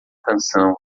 canção